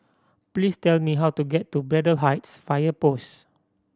please tell me how to get to Braddell Heights Fire Post